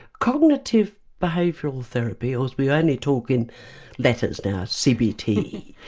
cognitive behavioural therapy, ah we'll only talk in letters now, cbt,